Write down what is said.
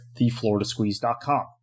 thefloridasqueeze.com